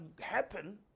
happen